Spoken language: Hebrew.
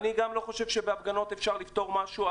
גם אני לא חושב שבהפגנות אפשר לפתור משהו,